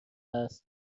است